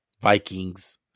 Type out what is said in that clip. Vikings